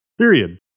Period